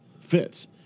fits